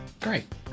great